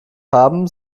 haben